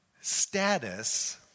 Status